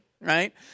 right